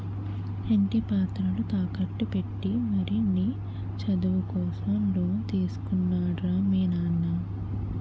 ఇంటి పత్రాలు తాకట్టు పెట్టి మరీ నీ చదువు కోసం లోన్ తీసుకున్నాడు రా మీ నాన్న